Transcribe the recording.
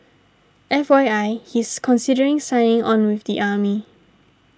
F Y I he's considering signing on with the army